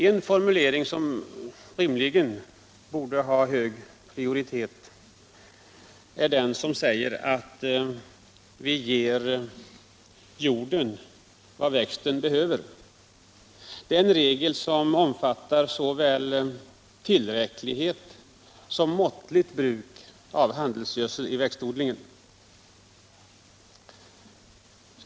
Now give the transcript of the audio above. Ett mål som rimligen borde ha hög prioritet är att vi tillför jorden vad växten behöver. Det är en regel för såväl tillräckligt som måttligt bruk av handelsgödsel i växtodlingen.